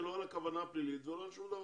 לא על הכוונה הפלילית ולא על שום דבר.